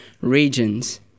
regions